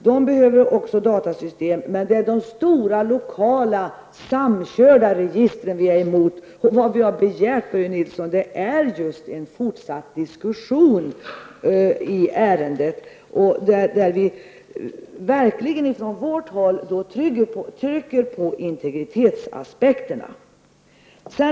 De behöver också datasystem, men det är de stora lokala, samkörda registren vi är emot. Vad vi har begärt, Börje Nilsson, är en fortsatt diskussion i ärendet -- där vi från vårt håll trycker på integritetsaspekten.